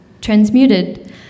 Transmuted